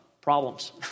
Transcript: Problems